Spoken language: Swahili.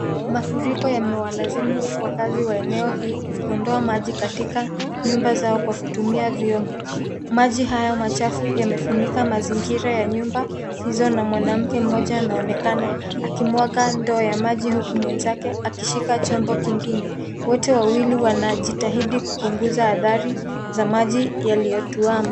Mafuriko yamewalazimu wakazi wa eneo hii kuondoa maji katika nyumba zao kwa kutumia vyombo maji haya machafu yamefunika mazingira ya nyumba hizo na mwanamke mmoja anaonekana akimwagandoo ya maji huku mwenzake wote wawili wanajitahidi kupunguza athari za maji yaliyotuama.